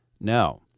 No